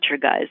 guys